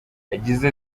yagize